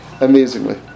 amazingly